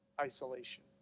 isolation